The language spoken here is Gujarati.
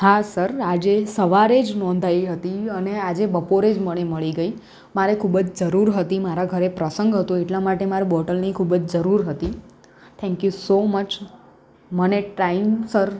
હા સર આજે સવારે જ નોંધાવી હતી અને આજે બપોરે જ મને મળી ગઈ મારે ખૂબ જ જરૂર હતી મારા ઘરે પ્રસંગ હતો એટલા માટે મારે બોટલની ખૂબ જ જરૂર હતી થેન્ક યુ સો મચ મને ટાઈમસર